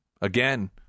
Again